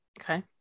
Okay